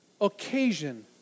occasion